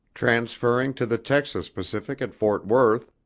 transferring to the texas pacific at fort worth,